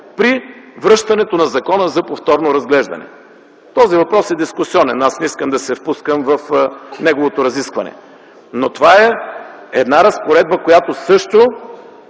при връщането на закона за повторно разглеждане. Този въпрос е дискусионен. Аз не искам да се впускам в неговото разискване, но това е една разпоредба, която също